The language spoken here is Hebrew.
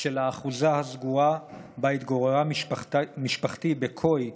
של האחוזה הסגורה שבה התגוררה משפחתי בכוי,